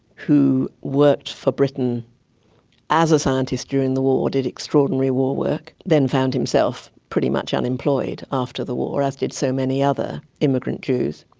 who worked for britain as a scientist during the war, did extraordinary war work, then found himself pretty much unemployed after the war, as did so many other immigrant jews.